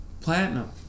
Platinum